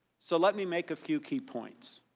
so, let me make a few key points.